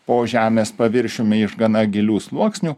po žemės paviršiumi iš gana gilių sluoksnių